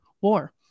war